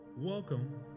Welcome